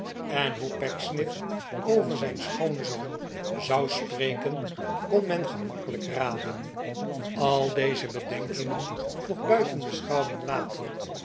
en hoe pecksniff over zijn schoonzoon zou spreken kon men gemakkelijk raden al deze bedenkingen nog buiten beschouwing latend